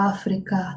África